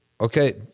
Okay